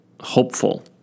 hopeful